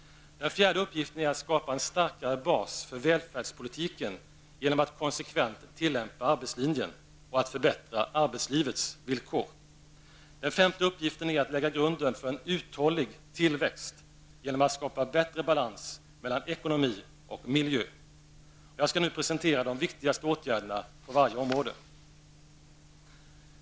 Den fjärde uppgiften är att skapa en starkare bas för välfärdspolitiken genom att konsekvent tillämpa arbetslinjen och att förbättra arbetslivets villkor. Den femte uppgiften är att lägga grunden för en uthållig tillväxt genom att skapa en bättre balans mellan ekonomi och miljö. Jag skall nu presentera de viktigaste åtgärderna på varje område.